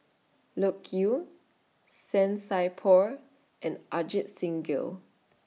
Loke Yew San Sai Por and Ajit Singh Gill